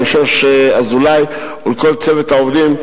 לשוש אזולאי ולכל צוות העובדים,